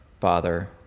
Father